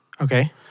Okay